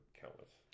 countless